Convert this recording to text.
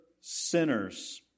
sinners